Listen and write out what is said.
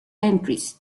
entries